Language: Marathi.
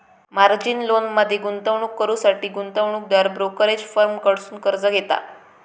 मार्जिन लोनमध्ये गुंतवणूक करुसाठी गुंतवणूकदार ब्रोकरेज फर्म कडसुन कर्ज घेता